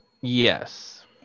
Yes